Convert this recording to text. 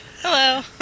Hello